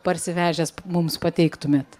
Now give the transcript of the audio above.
parsivežęs mums pateiktumėte